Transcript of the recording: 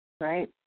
right